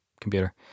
computer